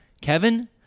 Kevin